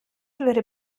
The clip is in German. würde